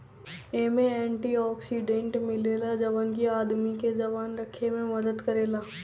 एमे antioxidant मिलेला जवन की आदमी के जवान रखे में मदद करेला